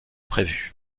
prévues